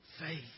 faith